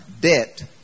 debt